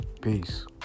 Peace